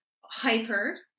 hyper